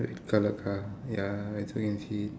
red colour car ya you also can see